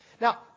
Now